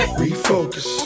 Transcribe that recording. refocus